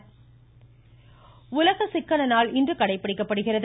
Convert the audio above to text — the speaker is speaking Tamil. உலக சிக்கன நாள் உலக சிக்கன நாள் இன்று கடைபிடிக்கப்படுகிறது